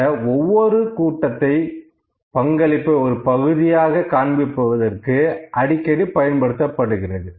இது ஒவ்வொரு கூட்டத்தை பங்களிப்பை ஒரு பகுதியாக காண்பிப்பதற்கு அடிக்கடி பயன்படுத்தப்படுகிறது